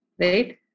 right